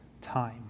time